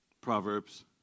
Proverbs